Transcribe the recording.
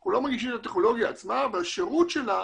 אנחנו לא מנגישים את הטכנולוגיה עצמה אבל השירות שלה